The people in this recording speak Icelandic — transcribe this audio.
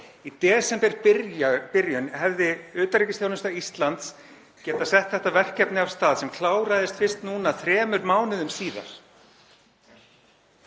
Í desemberbyrjun hefði utanríkisþjónusta Íslands getað sett þetta verkefni af stað sem kláraðist fyrst núna þremur mánuðum síðar.